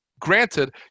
granted